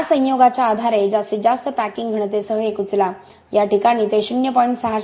त्या संयोगांच्या आधारे जास्तीत जास्त पॅकिंग घनतेसह एक उचला या ठिकाणी ते 0